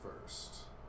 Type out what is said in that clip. first